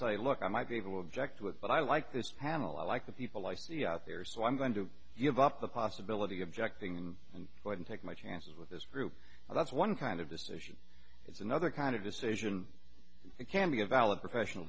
say look i might be able to object to it but i like this handle i like the people like to be out there so i'm going to give up the possibility objecting and wouldn't take my chances with this group but that's one kind of decision it's another kind of decision that can be a valid professional